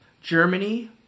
Germany